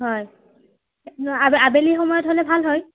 হয় আ আবেলি সময়ত হ'লে ভাল হয়